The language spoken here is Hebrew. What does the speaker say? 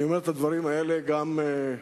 אני אומר את הדברים האלה גם כאזרח